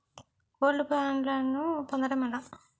Gold బ్యాండ్లను పొందటం ఎలా?